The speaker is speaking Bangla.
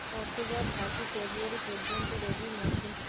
অক্টোবর থাকি ফেব্রুয়ারি পর্যন্ত রবি মৌসুম